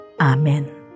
Amen